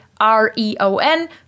r-e-o-n